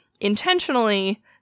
intentionally